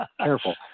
Careful